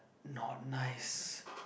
not nice